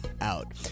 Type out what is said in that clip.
out